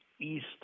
east